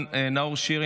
תקים מפלגה שתיכנס לפה.